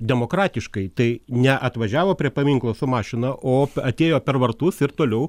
demokratiškai tai neatvažiavo prie paminklo su mašina o atėjo per vartus ir toliau